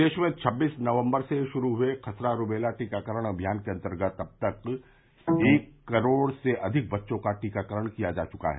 प्रदेश में छबीस नवम्बर से शुरू हुए खसरा रूबेला टीकाकरण अमियान के अन्तर्गत अब तक लगभग एक करोड़ से अधिक बच्चों का टीकाकरण किया जा चुका है